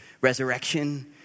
resurrection